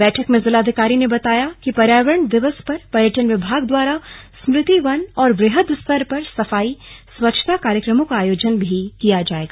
बैठक में जिलाधिकारी ने बताया कि पर्यावरण दिवस पर पर्यटन विभाग द्वारा स्मृति वन और वृहद स्तर पर सफाई स्वच्छता कार्यक्रमों का आयोजन किया जाएगा